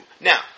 Now